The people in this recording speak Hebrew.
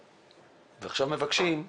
עכשיו אנחנו מבקשים להבא.